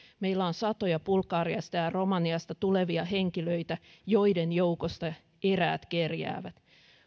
meillä on satoja bulgariasta ja romaniasta tulevia henkilöitä joiden joukosta eräät kerjäävät